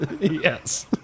Yes